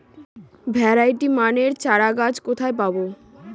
Variety মানের চারাগাছ কোথায় পাবো?